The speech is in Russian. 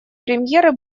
премьеры